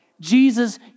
Jesus